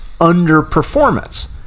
underperformance